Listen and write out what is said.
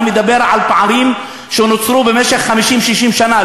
אני מדבר על פערים שנוצרו במשך 50, 60 שנה.